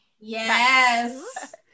Yes